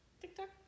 TikTok